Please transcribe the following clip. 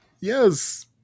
yes